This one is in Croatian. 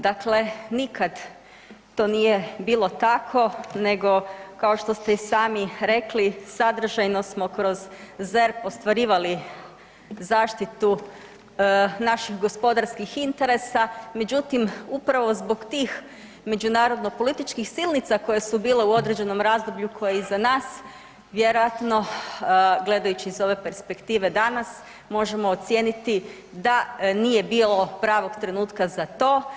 Dakle nikad to nije bilo tako nego, kao što ste i sami rekli, sadržajno smo kroz ZERP ostvarivali zaštitu naših gospodarskih interesa, međutim, upravo zbog tih međunarodno-političkih silnica koje su bile u određenom razdoblju koje je iza nas, vjerojatno gledajući iz ove perspektive danas, možemo ocijeniti da nije bilo pravog trenutka za to.